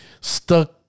stuck